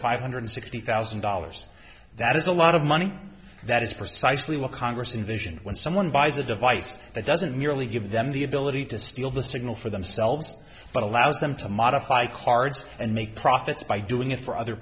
five hundred sixty thousand dollars that is a lot of money that is precisely what congress invision when someone buys a device that doesn't merely give them the ability to steal the signal for themselves but allows them to modify cards and make profits by doing it for other